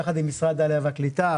ביחד עם משרד העלייה והקליטה.